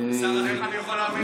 אז איך אני יכול להאמין?